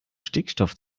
stickstoff